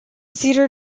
theater